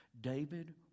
David